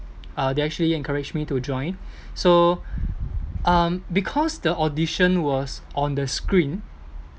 uh they actually encouraged me to join so um because the audition was on the screen